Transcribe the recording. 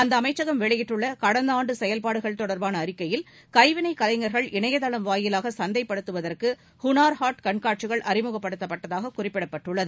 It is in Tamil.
அந்த அமைச்சகம் வெளியிட்டுள்ள கடந்த ஆண்டு செயவ்பாடுகள் தொடர்பான அறிக்கையில் கைவினைக் கலைஞர்கள் இணையதளம் வாயிலாக சந்தைப்படுத்துவதற்கு ஹுணர் ஹாட் கண்காட்சிகள் அறிமுகப்படுத்தப்பட்டதாக குறிப்பிடப்பட்டுள்ளது